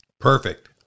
Perfect